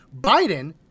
Biden